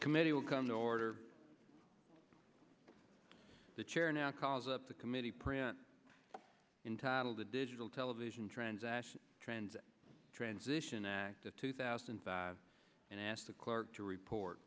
committee will come to order the chair now calls up the committee print in title the digital television transaction trends transition act of two thousand and five and asked the clerk to report